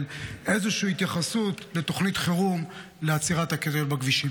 איזושהי התייחסות לתוכנית חירום לעצירת הקטל בכבישים.